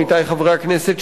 עמיתי חברי הכנסת,